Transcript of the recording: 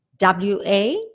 wa